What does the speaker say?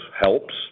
helps